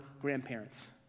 grandparents